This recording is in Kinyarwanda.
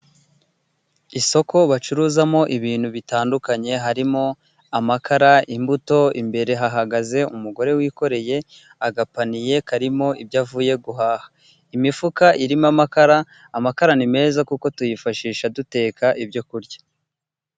Isoko bacuruzamo ibintu bitandukanye harimo amakara, imbuto, imbere hahagaze umugore wikoreye agapaniye karimo ibyo avuye guhaha, imifuka irimo amakara. Amakara ni meza kuko tuyifashisha duteka ibyo kurya.